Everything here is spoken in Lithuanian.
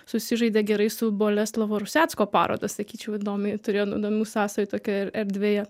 susižaidė gerai su boleslovo rusecko paroda sakyčiau įdomiai turėjo įdomių sąsajų tokioje erdvėje